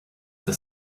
the